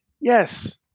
Yes